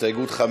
ההסתייגות (5)